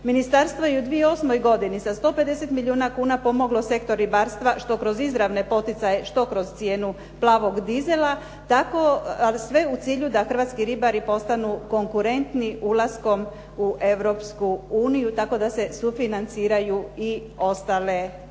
Ministarstvo je u 2008. godini sa 150 milijuna kuna pomoglo sektor ribarstva što kroz izravne poticaje, što kroz cijenu plavog dizela, tako ali sve u cilju da hrvatski ribari postanu konkurentni ulaskom u Europsku uniju tako da se sufinanciraju i ostale stvari.